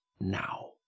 now